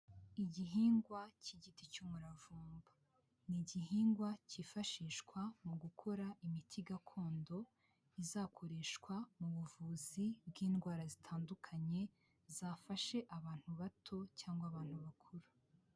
Igihingwa cy'igiti cy'umuravumba, ni igihingwa cyifashishwa mu gukora imiti gakondo izakoreshwa mu buvuzi bw'indwara zitandukanye zafashe abantu bato cyangwa abantu bakuru.